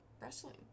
wrestling